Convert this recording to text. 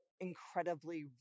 incredibly